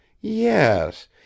Yes